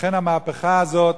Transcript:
לכן המהפכה הזאת,